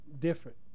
different